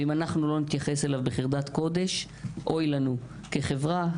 ואם אנחנו לא נתייחס אליו בחרדת קודם אוי לנו כחברה,